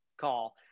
call